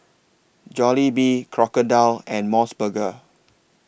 Jollibee Crocodile and Mos Burger